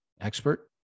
Expert